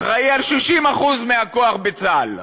אחראי ל-60% מהכוח בצה"ל,